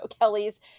Kelly's